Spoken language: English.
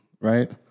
Right